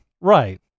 Right